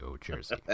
jersey